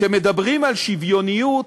כשמדברים על שוויוניות,